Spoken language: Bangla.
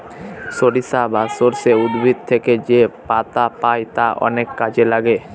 সরিষা বা সর্ষে উদ্ভিদ থেকে যেপাতা পাই তা অনেক কাজে লাগে